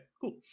cool